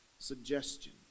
suggestion